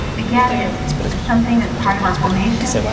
again. it's it's something that's part of our formation.